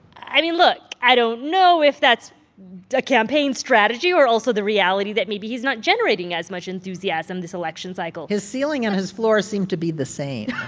i mean, look. i don't know if that's a campaign strategy or also the reality that maybe he's not generating as much enthusiasm this election cycle his ceiling and his floor seem to be the same